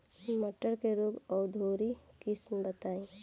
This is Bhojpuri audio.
मटर के रोग अवरोधी किस्म बताई?